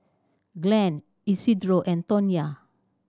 Glen Isidro and Tonya